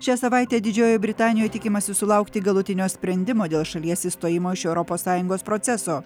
šią savaitę didžiojoj britanijoj tikimasi sulaukti galutinio sprendimo dėl šalies išstojimo iš europos sąjungos proceso